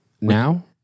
now